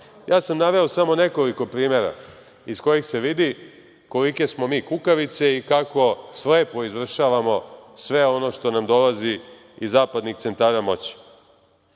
sam samo nekoliko primera iz kojih se vidi kolike smo mi kukavice i kako slepo izvršavamo sve ono što nam dolazi iz zapadnih centara moći. Što